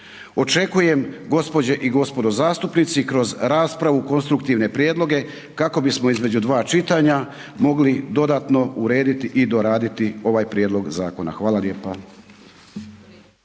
Očekujem gospođe i gospodo zastupnici kroz raspravu konstruktivne prijedloge kako bismo između dva čitanja mogli dodatno urediti i doraditi ovaj prijedlog zakona. Hvala lijepa.